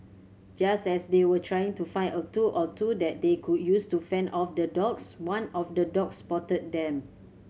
just as they were trying to find a tool or two that they could use to fend off the dogs one of the dogs spotted them